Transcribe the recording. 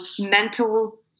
mental